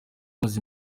amaze